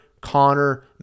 Connor